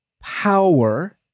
power